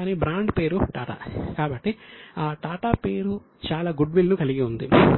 కానీ బ్రాండ్ పేరు టాటా